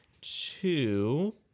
two